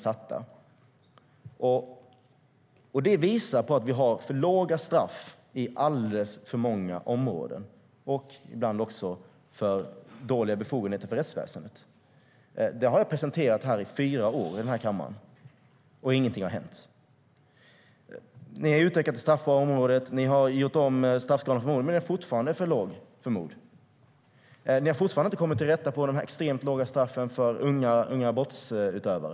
Detta visar att vi har för låga straff inom alldeles för många områden, och ibland har rättsväsendet alltför dåliga befogenheter. Det har jag presenterat under fyra år här i kammaren, och ingenting har hänt. Ni har utökat straffen på området, Krister Hammarbergh, och gjort om straffskalan för mord, men den är fortfarande för låg. Ni har fortfarande inte kommit till rätta med de extremt låga straffen för unga brottsutövare.